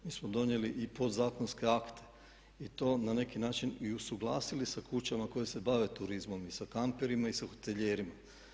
Mi smo donijeli i podzakonske akte i to na neki način i usuglasili sa kućama koje se bave turizmom i sa kamperima i sa hotelijerima.